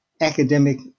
academic